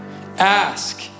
ask